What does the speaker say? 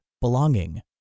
belonging